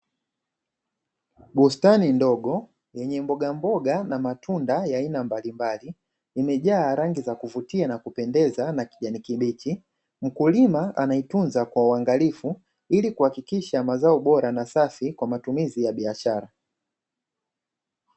Bustani ndogo yenye mboga mboga na matunda ya aina mbalimbali, imejaa rangi za kuvutia na kupendeza na kijani kibichi. Mkulima anaitunza kwa uangalifu ili kuhakikisha mazao bora na safi kwa matumizi ya biashara.